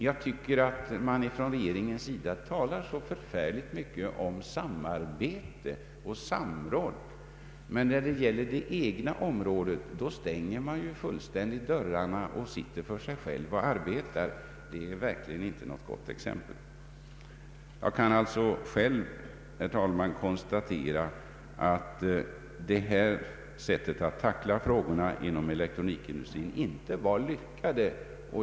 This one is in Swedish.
Jag tycker att man från regeringens sida talar så förfärligt mycket om samarbete och samråd, men när det gäller det egna området stänger man fullständigt dörrarna och sitter för sig själv och arbetar. Det är verkligen inte något gott exempel. Jag kan alltså själv, herr talman, konstatera att detta sätt att tackla frågorna inom elektroniken inte var lyckat.